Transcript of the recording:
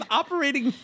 operating